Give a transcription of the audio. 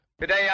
Today